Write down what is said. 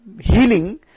healing